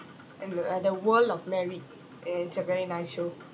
and the at the world of married and it's a very nice show